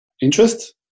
interest